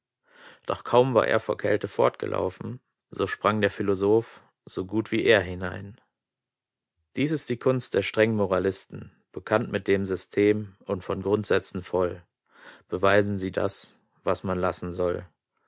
doch kaum war er vor kälte fortgelaufen so sprang der philosoph so gut wie er hinein dies ist die kunst der strengen moralisten bekannt mit dem system und von grundsätzen voll beweisen sie das was man lassen soll